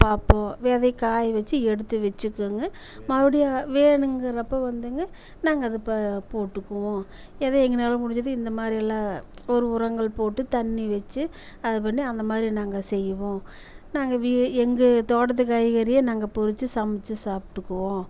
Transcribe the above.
பார்ப்போம் விதை காய வச்சு எடுத்து வச்சுக்குவோங்க மறுபடியும் வேணுங்கிறப்போ வந்துங்க நாங்கள் அது ப போட்டுக்குவோம் ஏதோ எங்களால் முடிஞ்சது இந்த மாதிரி எல்லாம் ஒரு உரங்கள் போட்டு தண்ணி வச்சு அது பண்ணி அந்தமாதிரி நாங்கள் செய்வோம் நாங்கள் வீ எங்கள் தோட்டத்து காய்கறியே நாங்கள் பறிச்சி சமைச்சு சாப்பிட்டுக்குவோம்